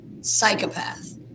psychopath